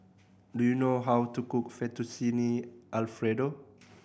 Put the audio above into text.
do you know how to cook Fettuccine Alfredo